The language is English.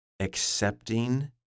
accepting